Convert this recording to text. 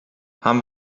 haben